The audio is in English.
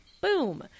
Boom